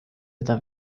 teda